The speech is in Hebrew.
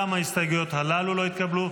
גם ההסתייגויות הללו לא התקבלו.